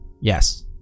Yes